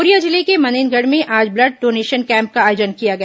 Korea जिले के मनेन्द्रगढ़ में आज ब्लड डोनेशन कैम्प का आयोजन किया गया